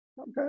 Okay